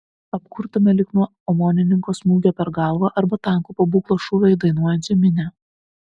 apkurtome lyg nuo omonininko smūgio per galvą arba tanko pabūklo šūvio į dainuojančią minią